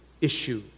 issue